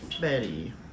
Betty